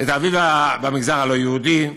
את האביב במגזר הלא-יהודי.